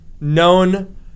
Known